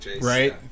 Right